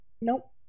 Nope